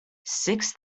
six